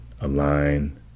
Align